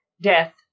death